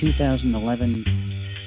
2011